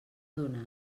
donar